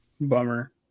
Bummer